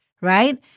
right